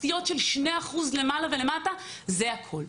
היו סטיות של שני אחוזים למעלה ולמטה זה הכול.